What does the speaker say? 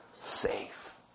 safe